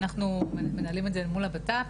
אנחנו מנהלים את זה מול הבט"פ.